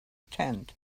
tent